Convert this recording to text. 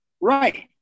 Right